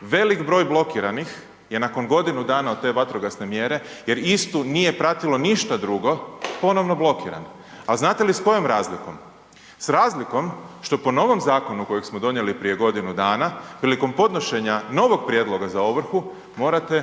Velik broj blokiranih je nakon godinu dana od te vatrogasne mjere jer istu nije pratilo ništa drugo ponovno blokiran. A znate s kojom razlikom? S razlikom što po novom zakonu kojeg smo donijeli prije godinu dana prilikom podnošenja novog prijedloga za ovrhu morate